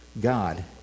God